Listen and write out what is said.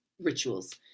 rituals